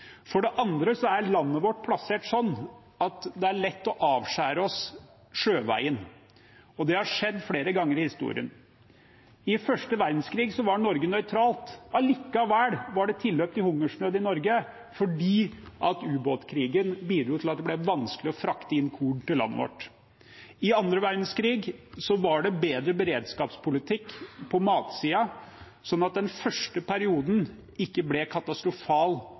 For det andre er landet vårt plassert slik at det er lett å avskjære oss sjøveien. Det har skjedd flere ganger i historien. Under første verdenskrig var Norge nøytralt. Allikevel var det tilløp til hungersnød i Norge fordi ubåtkrigen bidro til å gjøre det vanskelig å frakte inn korn til landet vårt. Under annen verdenskrig var beredskapspolitikken på matsiden bedre, slik at den første perioden ikke ble katastrofal